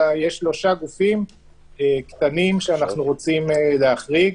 אלא יהיו שלושה גופים קטנים שאנחנו רוצים להחריג.